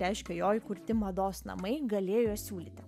reiškia jo įkurti mados namai galėjo siūlyti